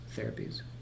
therapies